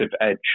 edge